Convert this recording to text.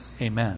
Amen